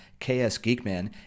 ksgeekman